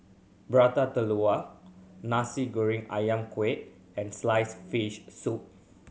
Prata Telur Nasi Goreng Ayam Kunyit and sliced fish soup